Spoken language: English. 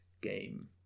game